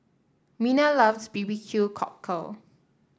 Mina loves B B Q Cockle